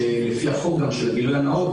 שגם לפי החוק של גילוי נאות,